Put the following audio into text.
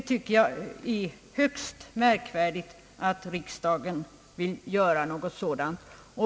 Jag tycker att det är högst märkvärdigt att riksdagen vill göra någonting sådant.